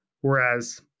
whereas